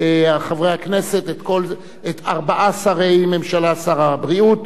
חברי הכנסת ארבעה שרי ממשלה: שר הבריאות,